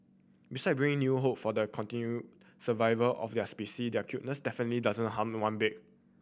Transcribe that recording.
beside bringing new hope for the continue survival of their specy their cuteness definitely doesn't harm one bit